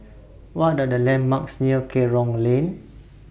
What Are The landmarks near Kerong Lane